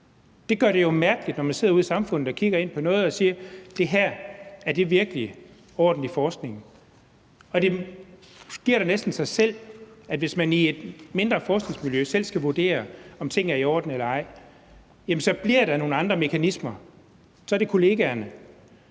Det gør det jo mærkeligt, når man sidder ude i samfundet og kigger ind på noget. Og man siger: Er det her virkelig ordentlig forskning? Det giver da næsten sig selv, at hvis et mindre forskningsmiljø selv skal vurdere, om tingene er i orden eller ej, så bliver det nogle andre mekanismer; så er det kollegaerne.